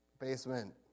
basement